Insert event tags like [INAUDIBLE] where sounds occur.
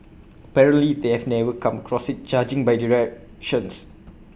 apparently they have never come across IT judging by [UNINTELLIGIBLE]